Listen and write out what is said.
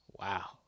Wow